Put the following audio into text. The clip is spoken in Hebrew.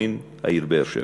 מטרופולין העיר באר-שבע.